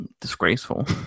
disgraceful